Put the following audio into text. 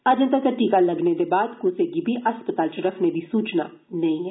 अजे तक्कर टीका लग्गने दे बाद क्सै गी बी अस्पताल च रक्खे जाने दी सूचना नेंई ऐ